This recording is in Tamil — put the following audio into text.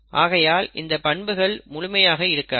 ஆகையால் இந்தப் பண்புகள் முழுமையாக இருக்காது